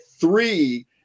three